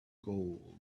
gold